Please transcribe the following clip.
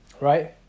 right